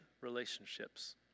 relationships